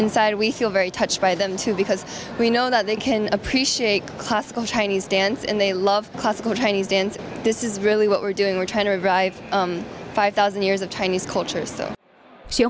inside we feel very touched by them too because we know that they can appreciate classical chinese dance and they love classical chinese dance this is really what we're doing we're trying to revive five thousand years of chinese culture so